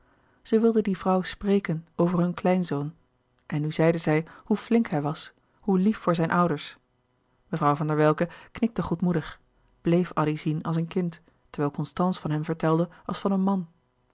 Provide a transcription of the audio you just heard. zij wilde die vrouw spreken over hun kleinzoon en nu zeide zij hoe flink hij was hoe lief voor zijne ouders mevrouw van der welcke knikte goedmoedig bleef addy zien als een kind terwijl constance van hem vertelde als van een man